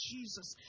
Jesus